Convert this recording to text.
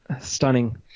stunning